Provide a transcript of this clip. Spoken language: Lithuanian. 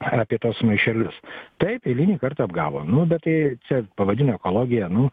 apie tuos maišelius taip eilinį kartą apgavo nu bet tai čia pavadino ekologija nu